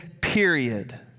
period